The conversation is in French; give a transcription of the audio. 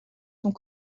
sont